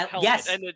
Yes